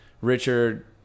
Richard